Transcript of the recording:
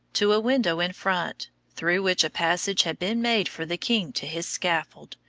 to a window in front, through which a passage had been made for the king to his scaffold,